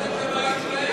יש להם הבעיות שלהם.